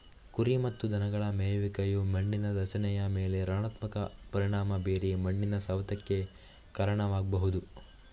ಕುರಿ ಮತ್ತು ದನಗಳ ಮೇಯುವಿಕೆಯು ಮಣ್ಣಿನ ರಚನೆಯ ಮೇಲೆ ಋಣಾತ್ಮಕ ಪರಿಣಾಮ ಬೀರಿ ಮಣ್ಣಿನ ಸವೆತಕ್ಕೆ ಕಾರಣವಾಗ್ಬಹುದು